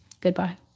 Goodbye